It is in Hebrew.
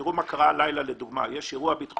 תראו מה קרה הלילה למשל יש אירוע ביטחוני,